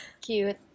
Cute